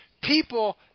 people